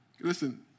Listen